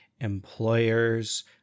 employers